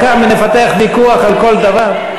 אבל כאן, אם נפתח ויכוח על כל דבר,